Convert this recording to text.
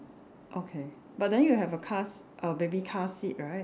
okay but then you have a car s~ a baby car seat right